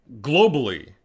globally